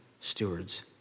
stewards